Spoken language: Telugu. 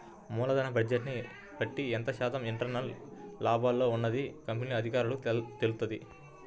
మూలధన బడ్జెట్ని బట్టి ఎంత శాతం ఇంటర్నల్ గా లాభాల్లో ఉన్నది కంపెనీ అధికారులకు తెలుత్తది